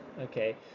Okay